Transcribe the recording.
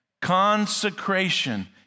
consecration